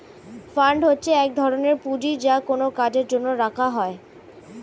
fund হচ্ছে এক ধরনের পুঁজি যা কোনো কাজের জন্য রাখা হয়